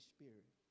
Spirit